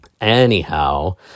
Anyhow